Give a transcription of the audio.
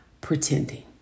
pretending